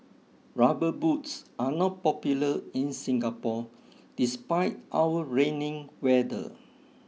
rubber boots are not popular in Singapore despite our rainy weather